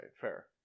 fair